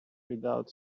without